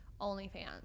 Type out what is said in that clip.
OnlyFans